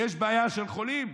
יש בעיה של חולים?